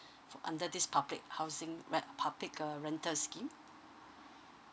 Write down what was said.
under this public housing re~ public uh rental scheme